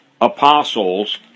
apostles